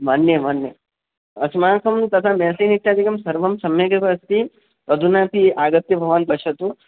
मन्ये मन्ये अस्माकं तथा मेसिन् इत्यादिकं सर्वं सम्यगेव अस्ति अधुनापि आगत्य भवान् पश्यतु